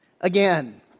again